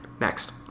next